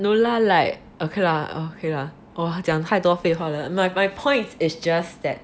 no lah like okay lah okay lah !wah! 讲太多废话 like my point is just that